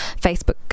Facebook